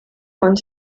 und